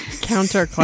Counter